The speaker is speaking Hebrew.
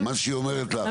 מה שהיא אומרת לך,